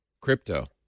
Crypto